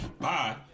Bye